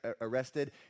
arrested